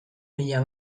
pila